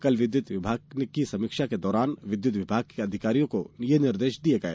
कल विद्युत विभाग की समीक्षा के दौरान विद्युत विभाग के अधिकारियों को ये निर्देश दिए गए